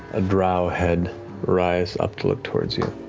a drow head rise up to look towards you.